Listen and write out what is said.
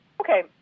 Okay